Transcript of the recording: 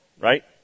right